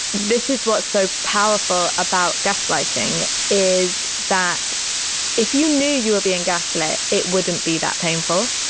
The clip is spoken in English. this is what's so powerful about gaslighting is that if you knew you were being gas lit, it wouldn't be that painful.